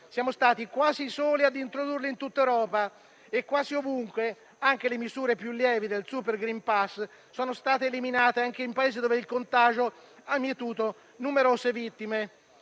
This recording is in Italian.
siamo stati quasi i soli a introdurli in tutta Europa. Quasi ovunque anche le misure più lievi del *super green pass* sono state eliminate, anche in Paesi dove il contagio ha mietuto numerose vittime.